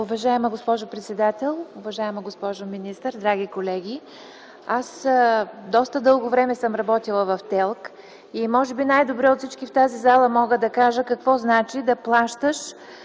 Уважаеми господин председател, уважаема госпожо министър, драги колеги! Аз доста дълго време съм работила в ТЕЛК и може би най-добре от всички в тази зала мога да кажа какво значи да плащаш